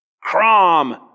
Crom